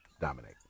dominate